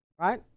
right